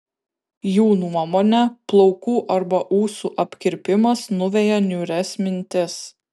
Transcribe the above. jų nuomone plaukų arba ūsų apkirpimas nuveja niūrias mintis